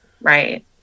right